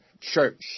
church